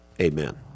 amen